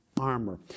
armor